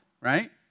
right